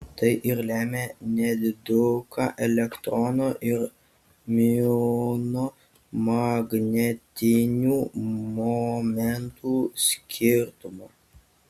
tai ir lemia nediduką elektrono ir miuono magnetinių momentų skirtumą